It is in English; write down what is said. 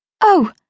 Oh